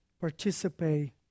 participate